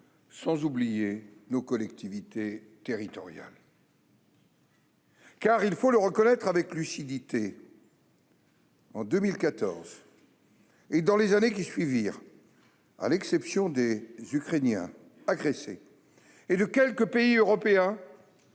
sans oublier nos collectivités territoriales. En effet, il faut le reconnaître avec lucidité : en 2014 et dans les années qui suivirent, à l'exception des Ukrainiens, agressés, et de quelques pays européens,